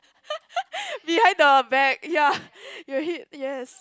behind the back ya you will hit yes